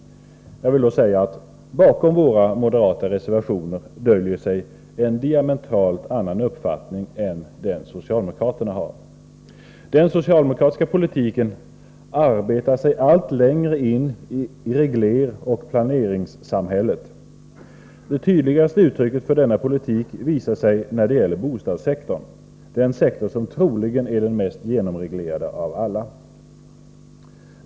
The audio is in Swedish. Bakom de moderata reservationerna döljer sig en diametralt annan uppfattning än den socialdemokraterna har. Den socialdemokratiska politiken arbetar sig allt längre in i regleringsoch planeringssamhället. Det tydligaste uttrycket för denna politik visar sig när det gäller bostadssektorn, den sektor som troligen är den mest genomreglerade av alla.